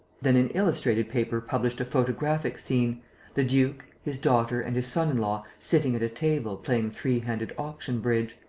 then an illustrated paper published a photographic scene the duke, his daughter and his son-in-law sitting at a table playing three-handed auction-bridge.